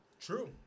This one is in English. True